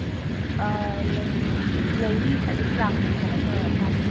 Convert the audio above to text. ꯂꯩꯅꯤ ꯑꯗꯨꯝ ꯂꯥꯛꯀꯦ ꯀꯩꯅꯣ ꯇꯧꯔꯀꯥꯟꯗ